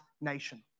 nation